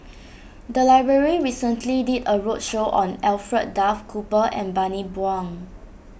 the library recently did a roadshow on Alfred Duff Cooper and Bani Buang